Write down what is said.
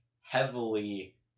heavily